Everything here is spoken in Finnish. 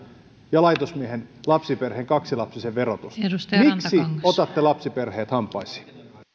ja laitosmiesten kaksilapsisten lapsiperheiden verotusta miksi otatte lapsiperheet hampaisiin